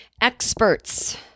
experts –